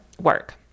work